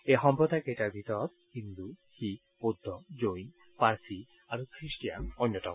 এই সম্প্ৰদায়কেইটাৰ ভিতৰত হিন্দু শিখ বৌদ্ধ জৈন পাৰ্চী আৰু গ্ৰীষ্টীয়ান অন্যতম